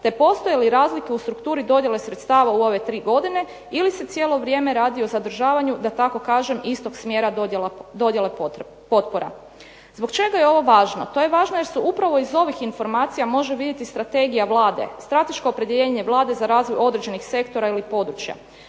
te postoje li razlike u strukturi dodjele sredstava u ove tri godine ili se cijelo vrijeme radi o zadržavanju da tako kažem istog smjera dodjele potpora. Zbog čega je ovo važno? To je važno jer se upravo iz ovih informacija može vidjeti strategija Vlade, strateško opredjeljenje Vlade za razvoj određenih sektora ili područja.